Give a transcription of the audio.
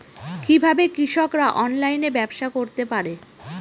কিভাবে কৃষকরা অনলাইনে ব্যবসা করতে পারে?